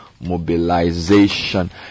Mobilization